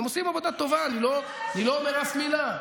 הם עושים עבודה טובה, אני לא אומר אף מילה.